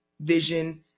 vision